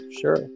Sure